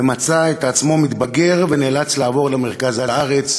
ומצא את עצמו מתבגר ונאלץ לעבור למרכז הארץ